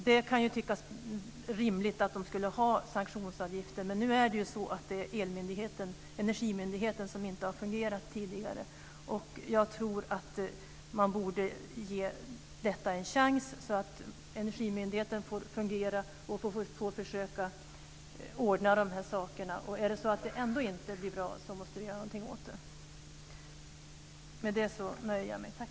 Det kan tyckas rimligt att de ska ha sanktionsavgifter, men Energimyndigheten har inte fungerat tidigare. Jag tror att man borde ge detta en chans så att Energimyndigheten får fungera och försöka ordna detta. Om det ändå inte blir bra måste vi göra något åt det. Jag nöjer mig med detta.